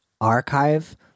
archive